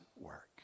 work